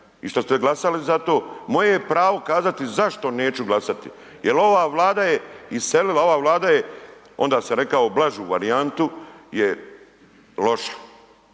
i što ste glasali za to. Moje je pravo kazati zašto neću glasati jer ova Vlada je iselila, ova Vlada je, onda sam rekao blažu varijantu je loša.